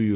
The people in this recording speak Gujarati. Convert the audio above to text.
યુ